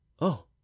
Oh